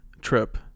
trip